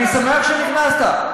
אני שמח שנכנסת,